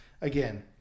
again